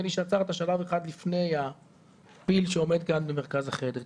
לי שעצרת שלב אחד לפני הפיל שעומד כאן במרכז החדר.